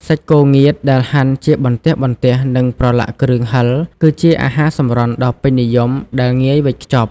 សាច់គោងៀតដែលហាន់ជាបន្ទះៗ និងប្រឡាក់គ្រឿងហិរ គឺជាអាហារសម្រន់ដ៏ពេញនិយមដែលងាយវេចខ្ចប់។